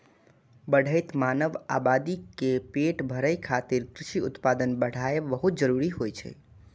बढ़ैत मानव आबादी के पेट भरै खातिर कृषि उत्पादन बढ़ाएब बहुत जरूरी होइ छै